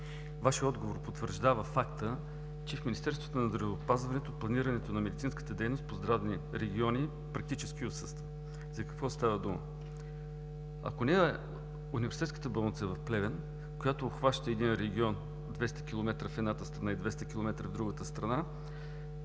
Вашият отговор потвърждава факта, че в Министерството на здравеопазването планирането на медицинската дейност по здравни региони практически отсъства. За какво става дума? Ако не е Университетската болница в Плевен, която обхваща един регион – 200 км в едната страна, и 200 км в другата страна,